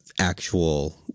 actual